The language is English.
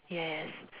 yes